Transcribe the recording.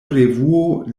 revuo